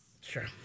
Sure